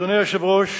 אדוני היושב-ראש,